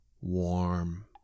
warm